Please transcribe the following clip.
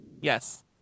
Yes